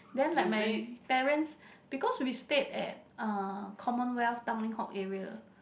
then like my parents because we stay at uh Commonwealth Tanglin Halt area